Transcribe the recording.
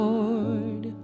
Lord